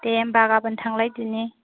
दे होनबा गाबोन थांलायदिनि